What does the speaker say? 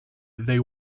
they